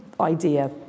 idea